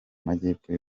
majyepfo